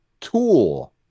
Tool